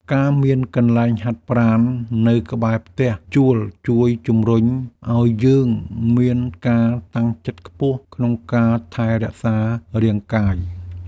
ការមានកន្លែងហាត់ប្រាណនៅក្បែរផ្ទះជួលជួយជម្រុញឱ្យយើងមានការតាំងចិត្តខ្ពស់ក្នុងការថែរក្សារាងកាយ។